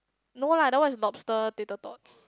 no lah that one is lobster tater tots